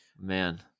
man